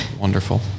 Wonderful